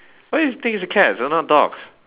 why you think it's a cats they're not dogs